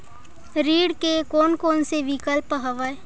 ऋण के कोन कोन से विकल्प हवय?